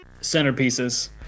centerpieces